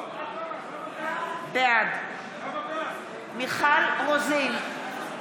בעד מיכל רוזין,